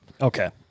Okay